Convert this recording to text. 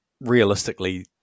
realistically